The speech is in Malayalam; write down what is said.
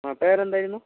ആ പേരെന്തായിരുന്നു